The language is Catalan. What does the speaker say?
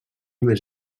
més